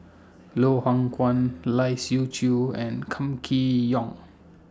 Loh Hoong Kwan Lai Siu Chiu and Kam Kee Yong